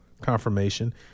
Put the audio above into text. confirmation